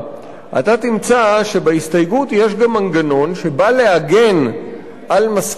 אתה תמצא שבהסתייגות יש גם מנגנון שבא להגן על משכיר